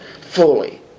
fully